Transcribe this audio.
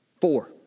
Four